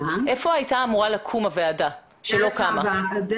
שמעתי כאן מויויאן שהצורה שההזמנה למסיבה עוברת היא